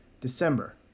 December